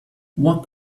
what